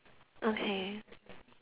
okay